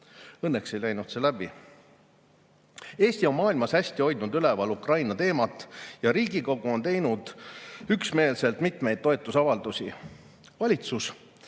Õnneks ei läinud see läbi. Eesti on maailmas hästi hoidnud üleval Ukraina teemat ja Riigikogu on teinud üksmeelselt mitmeid toetusavaldusi. Valitsus